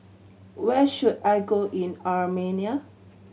where should I go in Armenia